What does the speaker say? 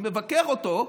שמבקר אותו,